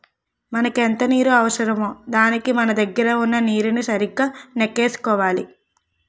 మనకెంత నీరు అవసరమో దానికి మన దగ్గర వున్న నీరుని సరిగా నెక్కేసుకోవాలి